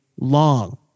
long